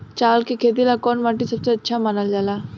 चावल के खेती ला कौन माटी सबसे अच्छा मानल जला?